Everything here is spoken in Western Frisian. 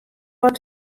wat